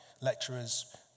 lecturers